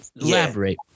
Elaborate